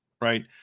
right